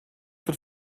wird